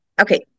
Okay